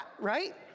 right